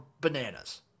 bananas